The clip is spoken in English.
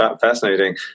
fascinating